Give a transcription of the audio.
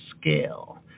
scale